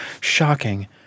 Shocking